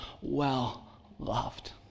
well-loved